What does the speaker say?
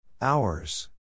Hours